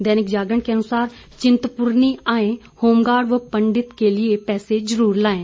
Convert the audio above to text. दैनिक जागरण के अनुसार चिंतपूर्णी आएं होमगार्ड व पंडित के लिए पैसे जरूर लाएं